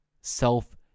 Self